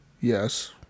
Yes